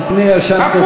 וחדש מפני ישן תוציאו.